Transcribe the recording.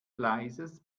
gleises